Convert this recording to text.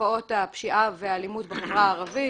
בתופעות הפשיעה והאלימות בחברה הערבית.